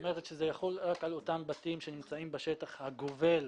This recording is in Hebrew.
כלומר זה יחול רק על אותם בתים שנמצאים בשטח הגובל